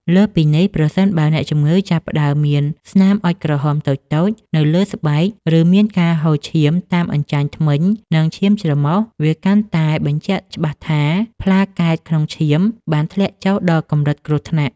លើសពីនេះ ប្រសិនបើអ្នកជំងឺចាប់ផ្តើមមានស្នាមអុជក្រហមតូចៗនៅលើស្បែក ឬមានការហូរឈាមតាមអញ្ចាញធ្មេញ និងឈាមច្រមុះ វាកាន់តែបញ្ជាក់ច្បាស់ថា ប្លាកែតក្នុងឈាមបានធ្លាក់ចុះដល់កម្រិតគ្រោះថ្នាក់